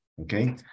Okay